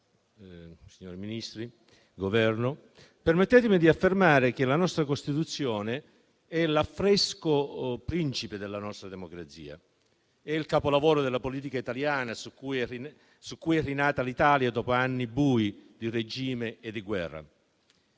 rappresentanti del Governo, permettetemi di affermare che la nostra Costituzione è l'affresco principe della nostra democrazia. È il capolavoro della politica italiana su cui è rinata l'Italia dopo anni bui di regime e di guerra.